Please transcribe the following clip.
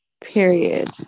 Period